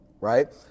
right